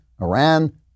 Iran